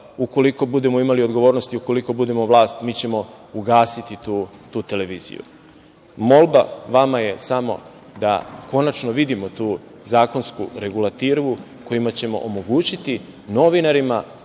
ukoliko budemo imali odgovornosti, ukoliko budemo vlast, mi ćemo ugasiti tu televiziju. Molba Vama je samo da konačno vidimo tu zakonsku regulativu kojom ćemo omogućiti novinarima